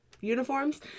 uniforms